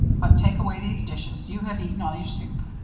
but take away these dishes you have eaten all your soup.